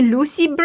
Lucy